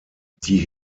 die